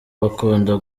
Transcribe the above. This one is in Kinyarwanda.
bakunda